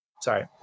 sorry